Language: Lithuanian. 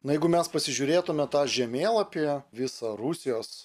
na jeigu mes pasižiūrėtume tą žemėlapį visą rusijos